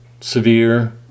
severe